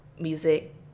music